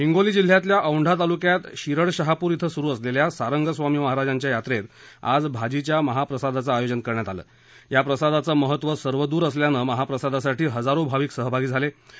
हिंगोली जिल्ह्यातल्या औंढा तालुक्यात शिरडशहापूर इथं सुरू असलेल्या सारंग स्वामी महाराजांच्या यात्रेत आज भाजीच्या महाप्रसादाचं आयोजन करण्यात आलं या प्रसादाचे महत्व सर्वदूर असल्यानं महाप्रसादासाठी हजारो भाविक सहभागी झाले होते